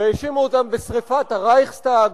והאשימו אותם בשרפת הרייכסטג.